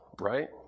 right